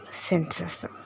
senses